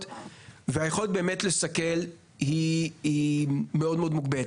והיכולת באמת לסכל כאן היא מאוד מוגבלת.